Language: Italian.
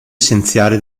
essenziale